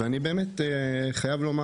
אומר,